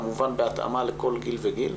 כמובן בהתאמה לכל גיל וגיל,